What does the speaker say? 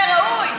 זה ראוי?